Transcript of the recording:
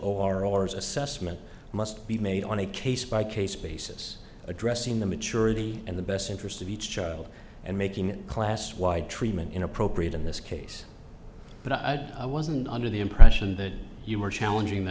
assessment must be made on a case by case basis addressing the maturity and the best interest of each child and making class wide treatment inappropriate in this case but i wasn't under the impression that you were challenging the